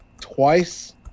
twice